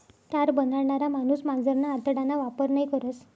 तार बनाडणारा माणूस मांजरना आतडाना वापर नयी करस